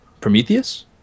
Prometheus